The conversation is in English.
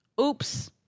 Oops